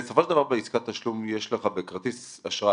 בסופו של דבר, בעסקת תשלום אם יש לך בכרטיס אשראי,